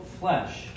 flesh